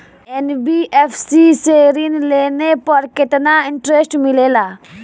NBFC से ऋण लेने पर केतना इंटरेस्ट मिलेला?